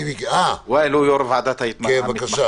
ווהאל הוא יושב-ראש ועדת --- בבקשה.